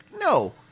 No